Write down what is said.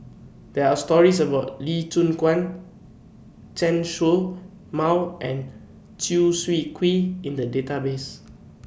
There Are stories about Lee Choon Guan Chen Show Mao and Chew Swee Kee in The databases